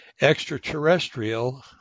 extraterrestrial